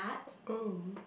oh